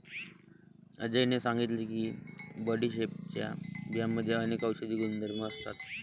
अजयने सांगितले की बडीशेपच्या बियांमध्ये अनेक औषधी गुणधर्म असतात